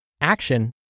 Action